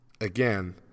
again